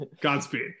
Godspeed